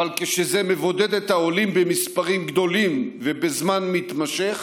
אבל כשזה מבודד את העולים במספרים גדולים ובזמן מתמשך,